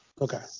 Okay